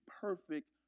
perfect